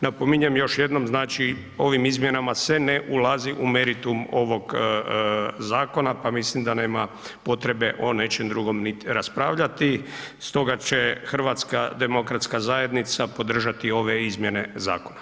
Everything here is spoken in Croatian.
Napominjem još jednom, znači ovim izmjenama se ne ulazi u meritum ovog zakona pa mislim da nema potrebe o nečem drugom ni raspravljati stoga će HDZ podržati ove izmjene zakona.